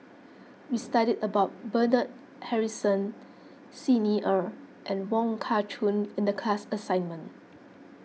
we studied about Bernard Harrison Xi Ni Er and Wong Kah Chun in the class assignment